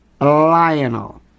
Lionel